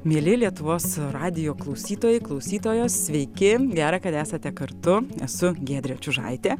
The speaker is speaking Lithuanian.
mieli lietuvos radijo klausytojai klausytojos sveiki gera kad esate kartu esu giedrė čiužaitė